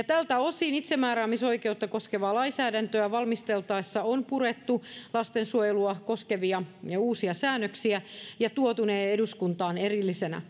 tältä osin itsemääräämisoikeutta koskevaa lainsäädäntöä valmisteltaessa on purettu lastensuojelua koskevia ja uusia säännöksiä ja tuotu ne eduskuntaan erillisenä